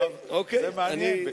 זה מעניין.